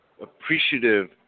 appreciative